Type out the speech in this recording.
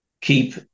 keep